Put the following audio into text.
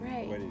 Right